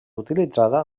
utilitzada